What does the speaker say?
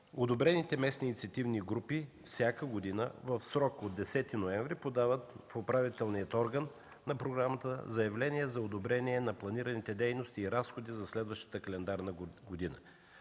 одобрените местни инициативни групи всяка година в срок до 10 ноември подават в управителния орган на програмата заявления за одобрение на планираните дейности и разходи за следващата календарна година.